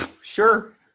sure